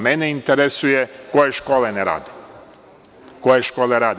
Mene interesuje koje škole ne rade, koje škole rade?